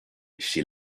chez